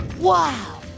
Wow